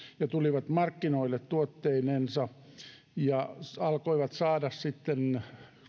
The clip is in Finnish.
ja tulivat markkinoille tuotteinensa ne alkoivat saada sitten